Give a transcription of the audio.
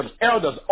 elders